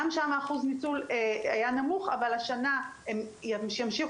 גם שמה אחוז הניצול היה נמוך אבל השנה הם ימשיכו